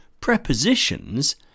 prepositions